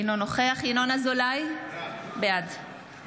אינו נוכח ינון אזולאי, בעד